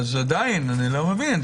עדיין אני לא מבין.